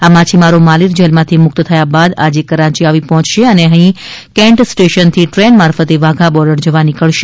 આ માછીમારો માલિર જેલમાંથી મુકત થયા બાદ આજે કરાચી આવી પહોંચશે અને અહીં કેન્ટ સ્ટેશનથી દ્રેન મારફતે વાઘા બોર્ડર જવા માટે નીકળશે